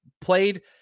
played –